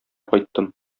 кайттым